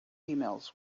emails